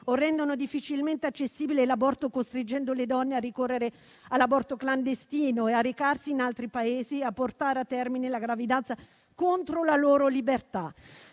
o rendono difficilmente accessibile l'aborto, costringendo le donne a ricorrere all'aborto clandestino, a recarsi in altri Paesi o a portare a termine la gravidanza contro la loro libertà.